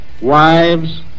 wives